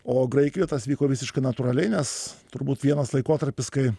o graikijoj tas vyko visiškai natūraliai nes turbūt vienas laikotarpis kai